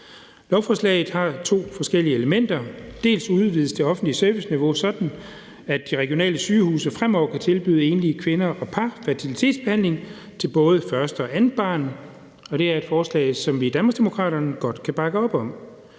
Lovforslaget har to forskellige elementer. Med den første del udvides det offentlige serviceniveau sådan, at de regionale sygehuse fremover kan tilbyde enlige kvinder og par fertilitetsbehandling til både første og andet barn, og det er et forslag, som vi i Danmarksdemokraterne godt kan bakke op om.